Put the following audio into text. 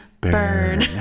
Burn